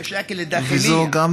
וזה גם